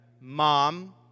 Mom